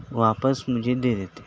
واپس مجھے دے دیتے